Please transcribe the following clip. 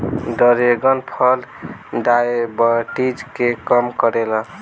dragon फल diabetes के कम करेला